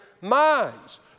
minds